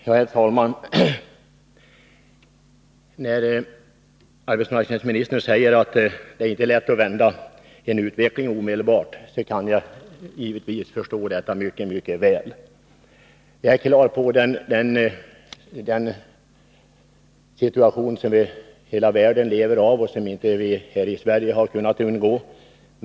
Herr talman! När arbetsmarknadsministern säger att det inte är lätt att vända en utveckling omedelbart kan jag givetvis förstå detta mycket väl. Jag har klart för mig den situation som man i hela världen lever med och som vi här i Sverige inte har kunnat undgå.